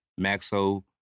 Maxo